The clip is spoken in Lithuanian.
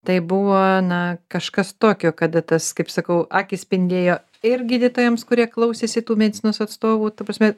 taip buvo na kažkas tokio kada tas kaip sakau akys spindėjo ir gydytojams kurie klausėsi tų medicinos atstovų ta prasme